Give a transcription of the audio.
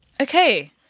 okay